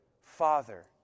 father